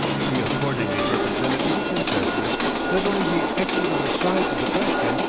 he accordingly represented to the princesses not only the equitable side of the question,